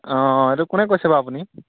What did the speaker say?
অঁ এইটো কোনে কৈছে বাৰু আপুনি